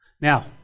Now